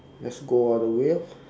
just go all the way orh